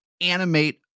animate